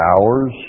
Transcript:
hours